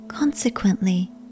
Consequently